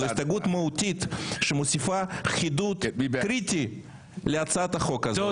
זו הסתייגות מהותית שמוסיפה חידוד קריטי להצעת החוק הזאת.